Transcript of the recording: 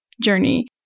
journey